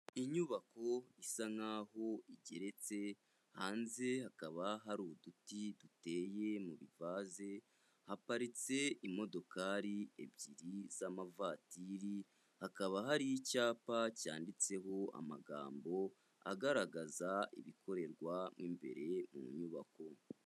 Inyubako isa nkaho igeretse, hanze hakaba hari uduti duteye mu ivaze, haparitse imodokari ebyiri z'amavatiri, hakaba hari icyapa cyanditseho amagambo, agaragaza ibikorerwamo imbere mu nyubako.